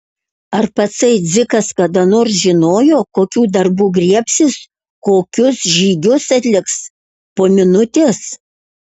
ar patsai dzikas kada nors žinojo kokių darbų griebsis kokius žygius atliks po minutės